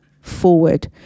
forward